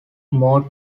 more